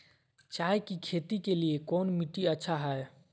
चाय की खेती के लिए कौन मिट्टी अच्छा हाय?